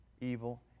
evil